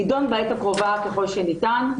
יידון בעת הקרובה ככל שניתן,